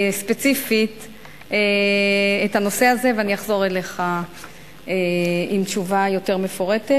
ספציפית את הנושא הזה ואני אחזור אליך עם תשובה יותר מפורטת.